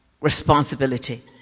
responsibility